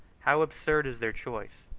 how absurd is their choice!